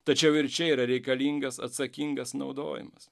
tačiau ir čia yra reikalingas atsakingas naudojimas